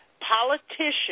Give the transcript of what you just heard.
politician